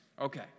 Okay